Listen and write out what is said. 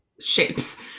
shapes